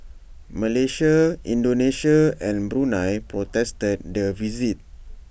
Malaysia Indonesia and Brunei protested the visit